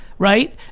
right?